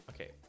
Okay